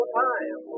time